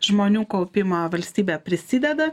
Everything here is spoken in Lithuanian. žmonių kaupimą valstybė prisideda